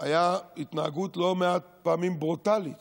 והייתה התנהגות ברוטלית